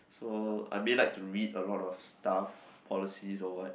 so I mean like to read a lot of stuff policies or what